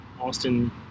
Austin